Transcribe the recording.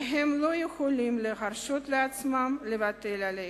והם לא יכולים להרשות לעצמם לוותר עליהם.